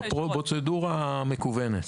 בפרוצדורה מקוונת.